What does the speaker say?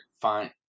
fine